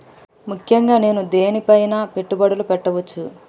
ముఖ్యంగా నేను దేని పైనా పెట్టుబడులు పెట్టవచ్చు?